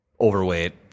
overweight